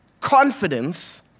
confidence